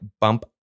bump